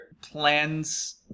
plans